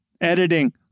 editing